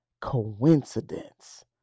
coincidence